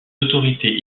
autorités